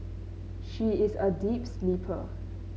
she is a deep sleeper